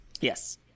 yes